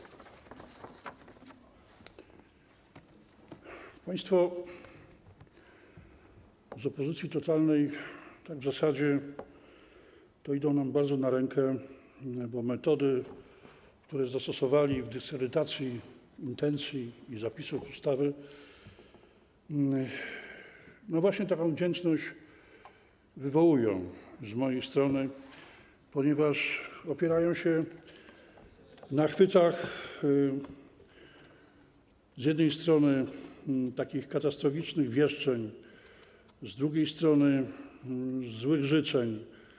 Państwo z opozycji totalnej w zasadzie idą nam bardzo na rękę, bo metody, które zastosowali w dyskredytacji intencji i zapisów ustawy, właśnie taką wdzięczność wywołują z mojej strony, ponieważ opierają się na chwytach w postaci z jednej strony katastroficznych wieszczeń, z drugiej strony złych życzeń.